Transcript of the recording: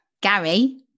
Gary